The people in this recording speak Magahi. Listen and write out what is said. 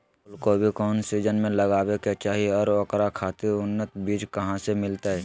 फूलगोभी कौन सीजन में लगावे के चाही और ओकरा खातिर उन्नत बिज कहा से मिलते?